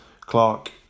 Clark